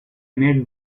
made